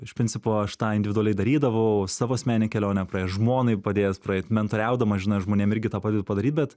iš principo aš tą individualiai darydavau savo asmeninę kelionę praėjęs žmonai padėjęs praeit mentoriaudamas žinai aš žmonėm irgi tą padedu padaryt